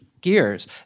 gears